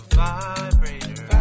vibrator